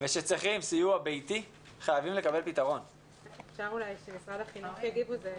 אפשר לקבל אישורים פרטניים ולהיות עם יותר משישה ילדים.